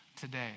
today